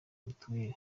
mituweli